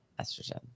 estrogen